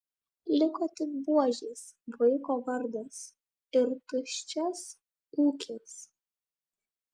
liko tik buožės vaiko vardas ir tuščias ūkis